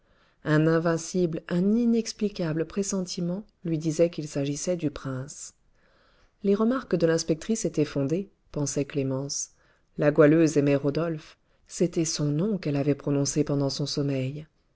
un invincible un inexplicable pressentiment lui disait qu'il s'agissait du prince les remarques de l'inspectrice étaient fondées pensait clémence la goualeuse aimait rodolphe c'était son nom qu'elle avait prononcé pendant son sommeil